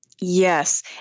Yes